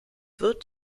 wird